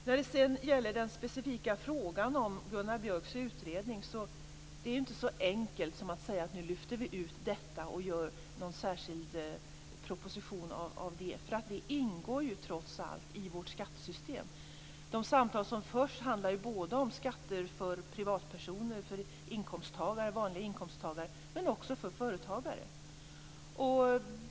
När det sedan gäller den specifika frågan om Gunnar Björks utredning är det ju inte så enkelt som att säga att vi skall lyfta ut detta och göra en särskild proposition av det. Det ingår ju trots allt i vårt skattesystem. De samtal som förs handlar ju om skatter för privatpersoner, dvs. vanliga inkomsttagare, men också om skatter för företagare.